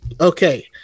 okay